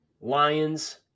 Lions